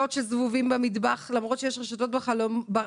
זבובים במטבח למרות שיש רשתות בחלונות,